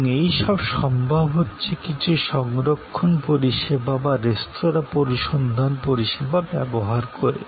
এবং এই সব সম্ভব হচ্ছে কিছু সংরক্ষণ পরিষেবা বা রেস্তোঁরা অনুসন্ধান পরিষেবা ব্যবহার করে